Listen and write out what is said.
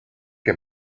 que